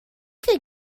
could